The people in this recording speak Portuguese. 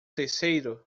terceiro